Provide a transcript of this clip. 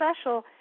special